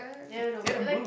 ya I know but it like